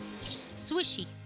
swishy